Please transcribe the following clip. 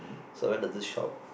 so went to this shop